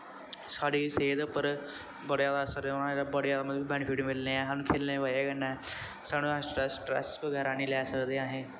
साढ़ी सेह्त उप्पर बड़ा जैदा असर रौह्नां एह्दा बड़ा जैदा बड़े जैदा बैनिफिट मिलने ऐं साह्नूं खेलनें दी बजह् कन्नैं साह्नूं स्ट्रैस बगैरा निं लै सकदे अस